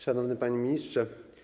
Szanowny Panie Ministrze!